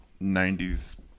90s